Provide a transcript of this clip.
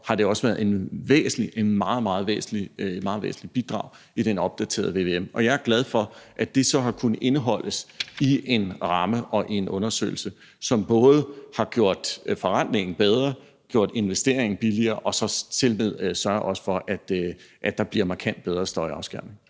har det også været et meget, meget væsentligt bidrag i den opdaterede vvm-undersøgelse. Og jeg er glad for, at det så har kunnet indeholdes i en ramme og i en undersøgelse, som både har gjort forrentningen bedre, gjort investeringen billigere og tilmed også har sørget for, at der bliver markant bedre støjafskærmning.